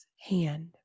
hand